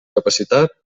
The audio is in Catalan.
capacitat